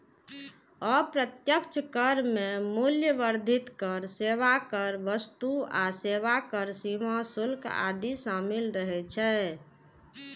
अप्रत्यक्ष कर मे मूल्य वर्धित कर, सेवा कर, वस्तु आ सेवा कर, सीमा शुल्क आदि शामिल रहै छै